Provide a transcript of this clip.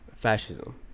fascism